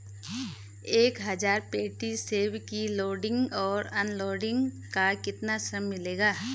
एक हज़ार पेटी सेब की लोडिंग और अनलोडिंग का कितना श्रम मिलेगा?